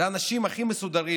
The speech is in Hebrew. אלה האנשים הכי מסודרים.